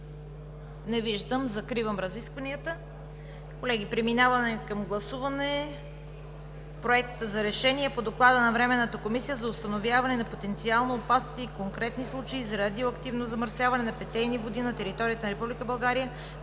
Не виждам. Закривам разискванията. Колеги, преминаваме към гласуване. „Проект РЕШЕНИЕ по Доклада на Временната комисия за установяване на потенциално опасните и конкретни случаи на радиоактивно замърсяване на питейни води на територията на